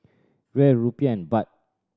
Riel Rupiah and Baht